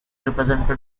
represented